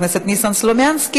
חבר הכנסת ניסן סלומינסקי,